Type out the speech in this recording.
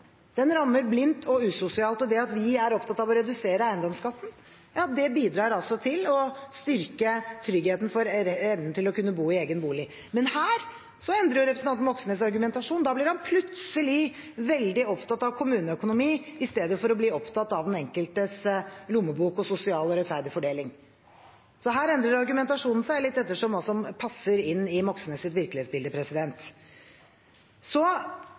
den rammer blindt og usosialt. At vi er opptatt av å redusere eiendomsskatten, bidrar til å styrke tryggheten for evnen til å kunne bo i egen bolig. Men her endrer representanten Moxnes argumentasjon. Han blir plutselig veldig opptatt av kommuneøkonomi istedenfor å være opptatt av den enkeltes lommebok og av sosial og rettferdig fordeling. Så her endrer argumentasjonen seg litt etter hva som passer inn i Moxnes’ virkelighetsbilde.